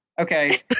Okay